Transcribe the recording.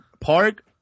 Park